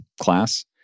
class